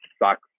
Sucks